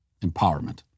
empowerment